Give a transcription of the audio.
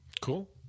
cool